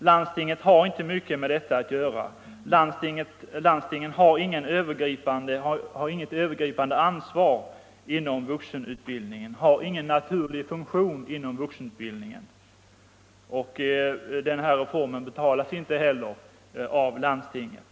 Landstingen har inte mycket med vuxenutbildningen att göra. Landstinget har inget övergripande ansvar inom vux = Vuxenutbildningen, enutbildningen och ingen naturlig funktion på detta område. Den här = m.m. reformen betalas inte heller av landstingen.